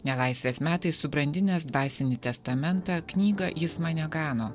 nelaisvės metais subrandinęs dvasinį testamentą knygą jis mane gano